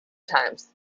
times